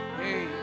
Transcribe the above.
hey